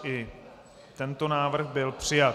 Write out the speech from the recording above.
I tento návrh byl přijat.